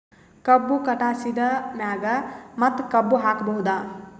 ಕಬ್ಬು ಕಟಾಸಿದ್ ಮ್ಯಾಗ ಮತ್ತ ಕಬ್ಬು ಹಾಕಬಹುದಾ?